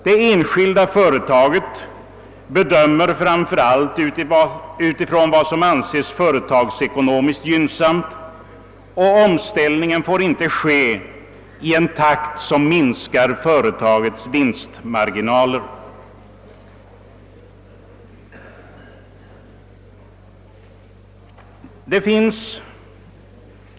Det enskilda företaget bedömer dessa frågor framför allt med hänsyn till vad som anses företagsekonomiskt gynnsamt, och omställningen får inte ske i en takt som minskar företagets vinstmarginaler.